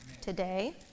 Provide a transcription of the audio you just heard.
today